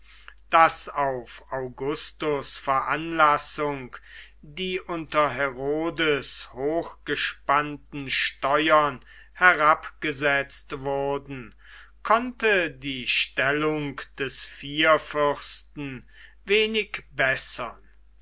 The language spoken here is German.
daß auf augustus veranlassung die unter herodes hochgespannten steuern herabgesetzt wurden konnte die stellung des vierfürsten wenig bessern